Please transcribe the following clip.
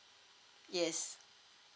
yes